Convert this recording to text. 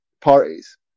parties